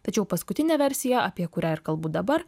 tačiau paskutinė versija apie kurią ir kalbu dabar